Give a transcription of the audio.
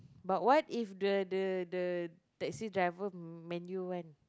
but what if the the the taxi driver Man-U [one]